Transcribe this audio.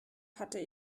hatte